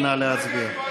נא להצביע.